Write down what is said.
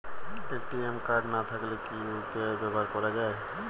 ATM card না থাকলে কি ইউ.পি.আই ব্যবহার করা য়ায়?